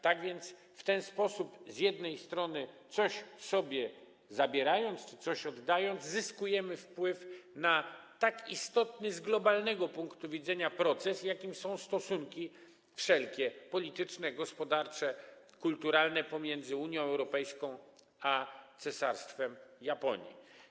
Tak więc w ten sposób z jednej strony coś sobie zabierając, coś oddając, zyskujemy wpływ na tak istotny z globalnego punktu widzenia proces, jakim jest kształtowanie stosunków wszelkich: politycznych, gospodarczych, kulturalnych pomiędzy Unią Europejską a cesarstwem Japonii.